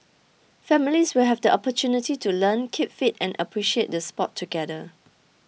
families will have the opportunity to learn keep fit and appreciate the sport together